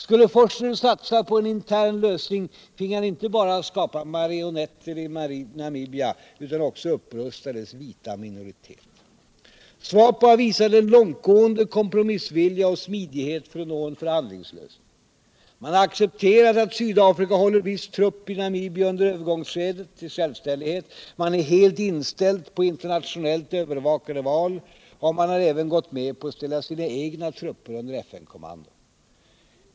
Skulle Vorster satsa på en intern lösning, finge han inte bara skapa marionetter i Namibia utan också upprusta dess vita minoritet. SWAPO har visat en långtgående kompromissvilja och smidighet för att nå en förhandlingslösning. Man har accepterat att Sydafrika håller viss trupp i Namibia under övergångsskedet till självständighet. Man är helt inställd på internationellt övervakade val, och man har även gått med på att ställa sina egna trupper under FN-kommando.